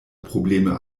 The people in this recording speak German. probleme